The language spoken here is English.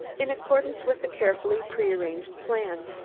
in accordance with a carefully prearranged plan.